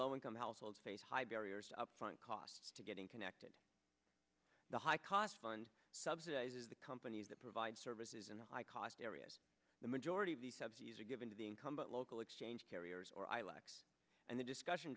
low income households face high barriers upfront costs to getting connected the high cost fund subsidizes the companies that provide services in the high cost areas the majority of the subsidies are given to the incumbent local exchange carriers or i lax and the discussion